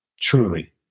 truly